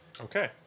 Okay